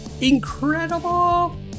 Incredible